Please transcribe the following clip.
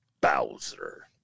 Bowser